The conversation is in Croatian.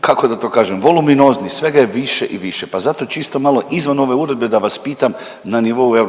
kako da to kažem, voluminozni, svega je više i više, pa zato čisto malo izvan ove uredbe da vas pitam na nivou EU,